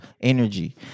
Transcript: energy